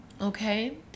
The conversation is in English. Okay